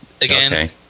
again